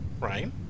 Right